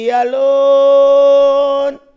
alone